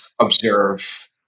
observe